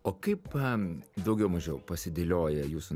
o kaip daugiau mažiau pasidėlioja jūsų